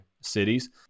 cities